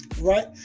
right